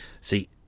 See